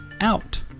out